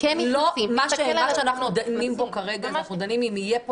מה שאנחנו דנים בו כרגע זה אם יהיה פה